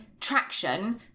traction